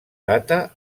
data